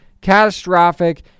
catastrophic